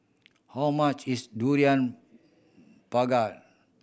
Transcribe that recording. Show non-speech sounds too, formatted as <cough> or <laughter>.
how much is durian <unintelligible>